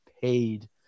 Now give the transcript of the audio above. paid